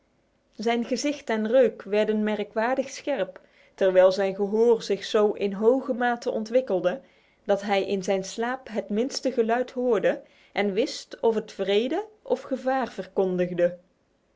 zijn gezicht en reuk werden merkwaardig scherp terwijl zijngehorc dgstemaonwikld t hij in zijn slaap het minste geluid hoorde en wist of het vrede of gevaar verkondigde